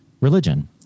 religion